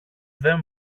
δεν